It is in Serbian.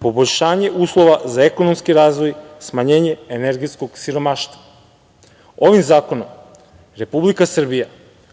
poboljšanje uslova za ekonomski razvoj, smanjenje energetskog siromaštva. Ovim zakonom Republika Srbija